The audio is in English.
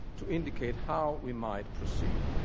to indicate how we might proceed.